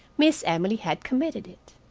miss emily had committed it.